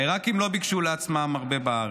העיראקים לא ביקשו לעצמם הרבה בארץ,